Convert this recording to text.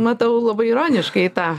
matau labai ironiškai tą